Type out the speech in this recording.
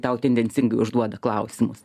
tau tendencingai užduoda klausimus